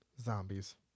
zombies